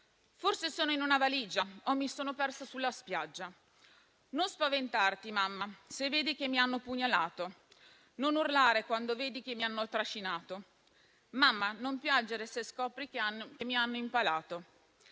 cha sia in una valigia o abbandonata su una spiaggia. Non spaventarti, mamma, se vedi che mi hanno pugnalata. Non urlare se vedi che mi hanno trascinata. Mammina, non piangere se ti dicono che mi hanno impalata.